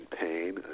pain